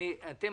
אנחנו